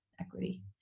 equity